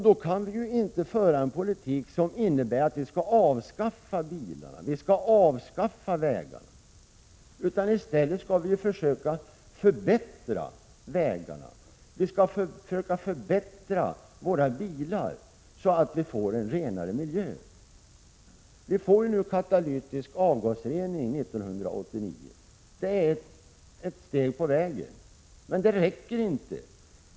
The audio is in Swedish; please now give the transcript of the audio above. Då kan vi inte föra en politik som innebär avskaffande av bilar och vägar — utan i stället skall vi försöka förbättra vägarna och förbättra våra bilar, så att vi får en renare miljö. Vi får katalytisk avgasrening 1989. Det är ett steg på vägen. Men det räcker inte.